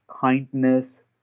kindness